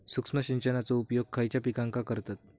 सूक्ष्म सिंचनाचो उपयोग खयच्या पिकांका करतत?